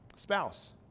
spouse